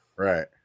Right